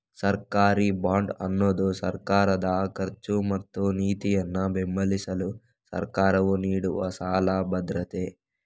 ಸರ್ಕಾರಿ ಬಾಂಡ್ ಅನ್ನುದು ಸರ್ಕಾರದ ಖರ್ಚು ಮತ್ತು ನೀತಿಯನ್ನ ಬೆಂಬಲಿಸಲು ಸರ್ಕಾರವು ನೀಡುವ ಸಾಲ ಭದ್ರತೆ